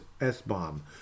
S-bomb